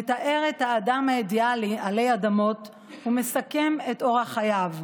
מתאר את האדם האידיאלי עלי אדמות ומסכם את אורח חייו,